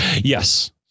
Yes